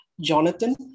Jonathan